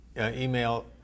email